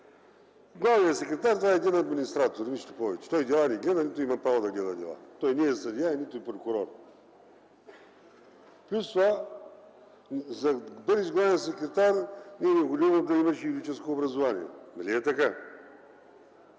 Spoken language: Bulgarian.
Главният секретар е един администратор, нищо повече. Той дела не гледа, нито има право да гледа дела. Той не е съдия, нито е прокурор. Плюс това, за да бъдеш главен секретар не е необходимо да имаш юридическо образование. Нали е така?